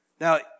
Now